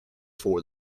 for